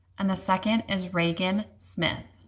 and the second is reagan smith.